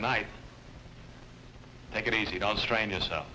and i take it easy don't strain yourself